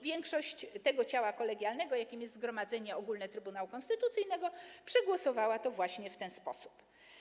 Większość ciała kolegialnego, jakim jest Zgromadzenie Ogólne Trybunału Konstytucyjnego, przegłosowała to właśnie w ten sposób.